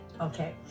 Okay